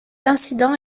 incident